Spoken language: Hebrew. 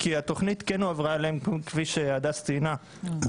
כי התוכנית כן הועברה אליהם כפי שהדס ציינה,